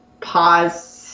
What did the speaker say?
pause